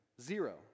zero